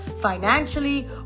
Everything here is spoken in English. financially